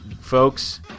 folks